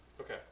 Okay